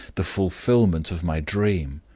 the fulfillment of my dream!